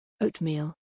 Oatmeal